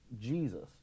Jesus